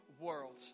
world